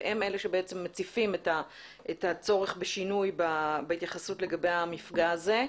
והם אלה שמציפים את הצורך בשינוי בהתייחסות למפגע הזה.